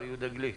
יהודה גליק,